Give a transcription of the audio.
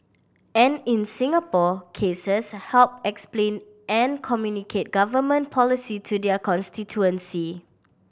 and in Singapore cases help explain and communicate Government policy to their constituency